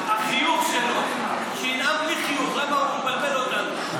החיוך שלו, שינאם בלי חיוך, למה הוא מבלבל אותנו?